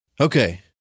Okay